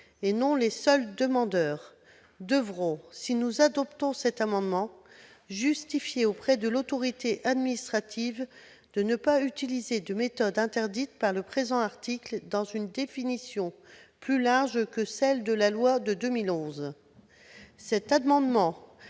et non les seuls demandeurs, devront, si nous adoptons cet amendement, justifier auprès de l'autorité administrative qu'ils n'utilisent pas une méthode interdite par le présent article, qui comporte une définition plus large que celle de la loi de 2011. L'adoption